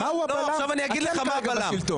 אני שואל אותך מהו הבלם.